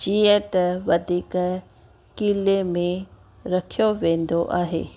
जीअं त वधीक कीले में रखियो वेंदो आहे